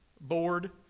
board